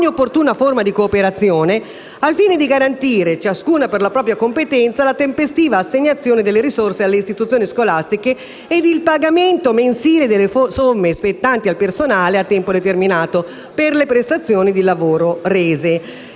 ogni opportuna forma di cooperazione al fine di garantire, ciascuna per la propria competenza, la tempestiva assegnazione delle risorse alle istituzioni scolastiche e il pagamento mensile delle somme spettanti al personale a tempo determinato per le prestazioni di lavoro rese.